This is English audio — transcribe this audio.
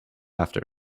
after